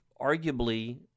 arguably